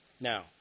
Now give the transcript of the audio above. Now